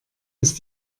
ist